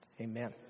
Amen